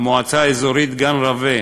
המועצה האזורית גן-רווה,